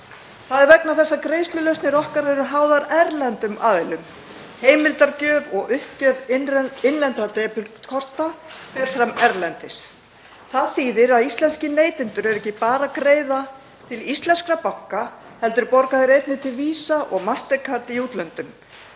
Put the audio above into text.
Það er vegna þess að greiðslulausnir okkar eru háðar erlendum aðilum. Heimildagjöf og uppgjör innlendra debetkorta fer fram erlendis. Það þýðir að íslenskir neytendur eru ekki bara að greiða til íslenskra banka heldur borga þeir einnig til VISA og Mastercard í útlöndum.